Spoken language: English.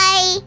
Bye